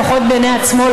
לפחות בעיני עצמו,